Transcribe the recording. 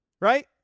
right